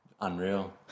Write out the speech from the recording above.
Unreal